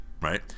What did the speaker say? right